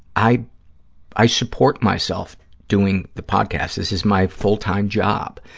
i i support myself doing the podcast. this is my full-time job.